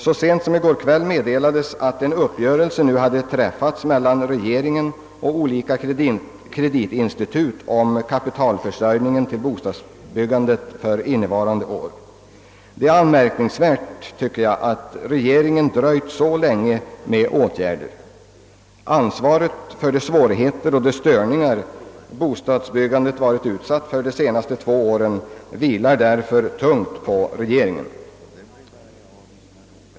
Så sent som i går kväll meddelades att en uppgörelse träffats mellan regeringen och olika kreditinstitut om kapitalförsörjningen till bostadsbyggandet för innevarande år. Det är anmärkningsvärt att regeringen dröjt så länge med att vidtaga åtgärder. Ansvaret för de svårigheter och störningar bostadsbyggandet varit utsatt för under de senaste två åren vilar därför tungt på regeringen.